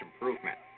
improvement